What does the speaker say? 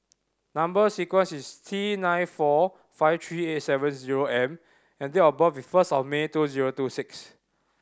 number sequence is T nine four five three eight seven zero M and date of birth is first of May two zero two six